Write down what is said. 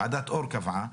ועדת אור קבעה.